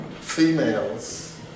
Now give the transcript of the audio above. females